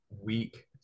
week